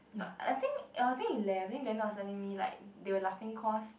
but I think I think he left then he was telling me they are laughing because